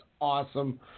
awesome